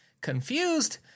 confused